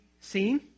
seen